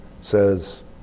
says